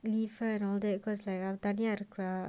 lifair and all that cause like I'm தனியாஇருக்குறா:thaniya irukkura